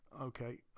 Okay